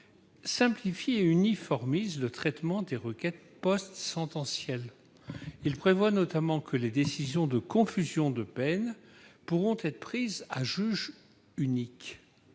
simplifie et uniformise le traitement des requêtes post-sentencielles. Il prévoit notamment que les décisions de confusion de peines pourront être prises à juge unique,